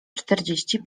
czterdzieści